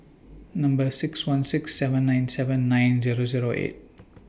six one six seven nine seven nine Zero Zero eight